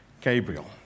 Gabriel